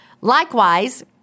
Likewise